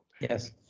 Yes